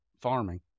farming